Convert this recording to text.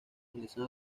realizan